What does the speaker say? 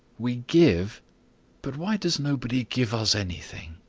we give but why does nobody give us anything?